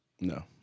No